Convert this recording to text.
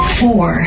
four